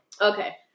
Okay